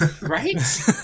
Right